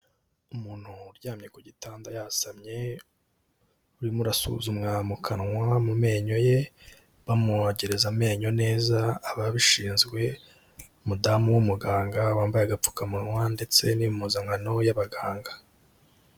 Umuntu uryamye ku gitanda yasamye bimurasuzumwa mu kanwa mu menyo ye bamwogereza amenyo neza ababishinzwe umudamu w'umuganga wambaye agapfukamunwa ndetse n'impuzankano y'abaganga.